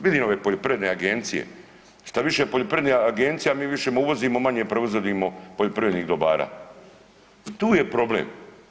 Vidim ove poljoprivredne agencije, šta više poljoprivrednih agencija mi više uvozimo manje proizvodimo poljoprivrednih dobara i tu je problem.